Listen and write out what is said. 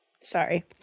sorry